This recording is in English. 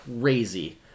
crazy